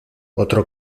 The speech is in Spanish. otro